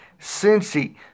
Cincy